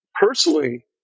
personally